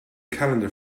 calendar